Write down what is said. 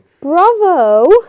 Bravo